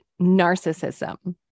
narcissism